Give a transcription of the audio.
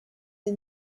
les